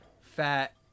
fat